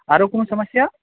आरो कोनो समस्या